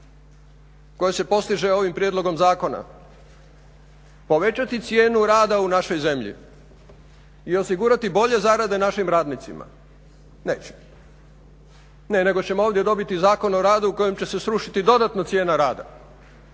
koje se postiže ovim prijedlogom zakona povećati cijenu rada u našoj zemlji i osigurati bolje zarade našim radnicima, neće, ne, nego ćemo ovdje dobiti Zakon o radu kojim će se srušiti dodatno cijena rada.